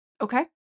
Okay